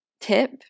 tip